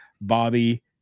Bobby